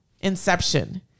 inception